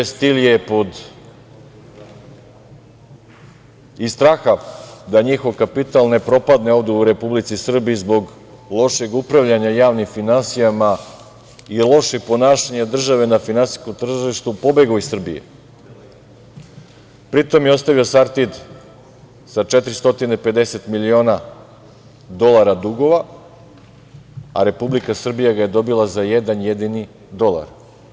Ju Es stil“ je iz straha da njihov kapital ne propadne ovde u Republici Srbiji zbog lošeg upravljanja javnim finansijama i lošeg ponašanja države na finansijskom tržištu pobegao iz Srbije, pri tom je ostavio „Sartid“ sa 450 miliona dolara dugova, Republika Srbija ga je dobila za jedan jedini dolar.